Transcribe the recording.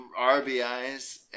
RBIs